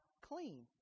clean